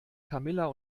camilla